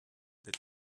that